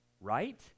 right